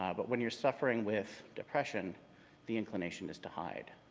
um but when you're suffering with depression the inclination is to hide.